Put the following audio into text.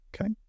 Okay